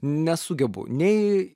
nesugebu nei